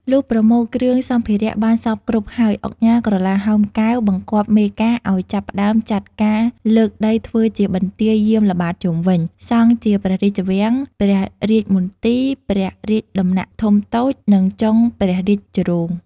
លុះប្រមូលគ្រឿងសម្ភារៈបានសព្វគ្រប់ហើយ ឧកញ៉ាក្រឡាហោម កែវ បង្គាប់មេការឲ្យចាប់ផ្ដើមចាត់ការលើកដីធ្វើជាបន្ទាយយាមល្បាតជុំវិញ សង់ជាព្រះរាជវាំង ព្រះរាជមន្ទីរ ព្រះរាជដំណាក់ធំតូចនិងចុងព្រះរាជរោង